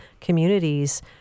communities